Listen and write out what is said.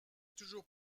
toujours